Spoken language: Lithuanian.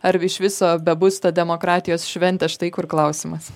ar iš viso bebus ta demokratijos šventė štai kur klausimas